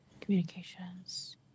Communications